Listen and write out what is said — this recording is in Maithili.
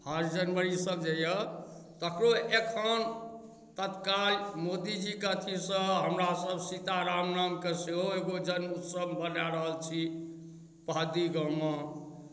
फर्स्ट जनवरीसभ जे यए तकरो एखन तत्काल मोदीजीके अथीसँ हमरासभ सीता राम नामके सेहो एगो जन्मोत्सव मना रहल छी पोहदी गाममे